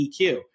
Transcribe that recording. EQ